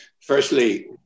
firstly